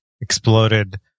exploded